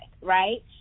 right